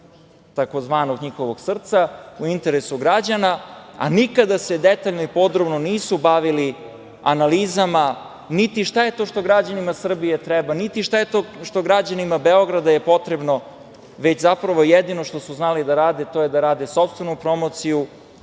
tzv. njihovog srca, u interesu građana, a nikada se detaljno i podrobno nisu bavili analizama, niti šta je to što građanima Srbije treba, niti šta je to što je građanima Beograda potrebno, već zapravo jedino što su znali da rade je to da rade sopstvenu promociju